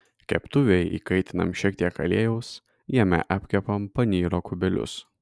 keptuvėj įkaitinam šiek tiek aliejaus jame apkepam panyro kubelius